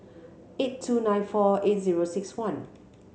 eight two nine four eight zero six one